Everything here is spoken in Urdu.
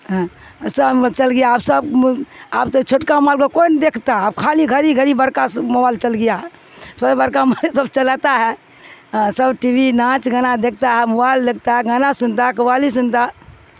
سب چل گیا اب سب اب تو چھوٹکا موبال کو کوئی نہیں دیکھتا آب خالی گھ ہی گھڑ برکا س موبائل چل گیا سب برکا م سب چلاتا ہے ہاں سب ٹی وی ناچ گانا دیکھتا ہے موبائل دیکھتا ہے گانا سنتا ہے قبالی سنتا ہے